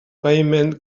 payment